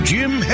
Jim